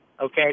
okay